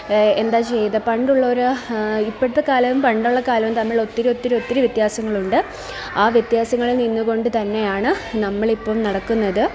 എന്താണ് ചെയ്തത് പണ്ടുള്ളവര് ഇപ്പോഴത്തെ കാലവും പണ്ടുള്ള കാലവും തമ്മില് ഒത്തിരി ഒത്തിരി ഒത്തിരി വ്യത്യാസങ്ങളുണ്ട് ആ വ്യത്യാസങ്ങളില് നിന്നുകൊണ്ടുതന്നെയാണ് നമ്മളിപ്പോള് നടക്കുന്നത്